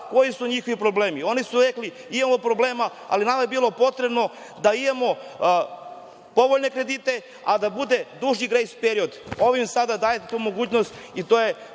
koji su njihovi problemi. Oni su rekli – imamo problema, ali nama je bilo potrebno da imamo povoljne kredite, a da bude duži grejs period. Ovim sada dajete tu mogućnost i to je